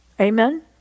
Amen